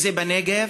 אם בנגב,